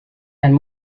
and